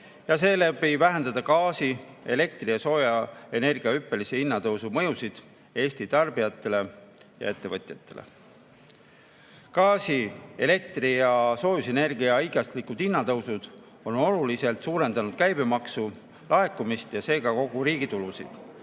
ja seeläbi vähendada gaasi, elektri- ja soojusenergia hüppelise hinnatõusu mõjusid Eesti tarbijatele ja ettevõtjatele. Gaasi, elektri- ja soojusenergia hinna hiiglaslikud tõusud on oluliselt suurendanud käibemaksu laekumist ja seega ka riigi tulusid.